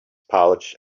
pouch